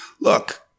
look